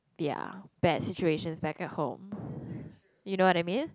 their bad situations back at home you know what I mean